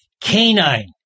Canine